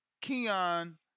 Keon